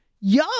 yo